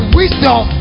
wisdom